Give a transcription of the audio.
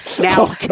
now